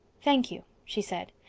thank you, she said.